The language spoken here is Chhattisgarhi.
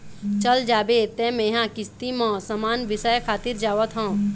चल जाबे तें मेंहा किस्ती म समान बिसाय खातिर जावत हँव